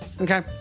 Okay